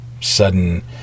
sudden